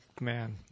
man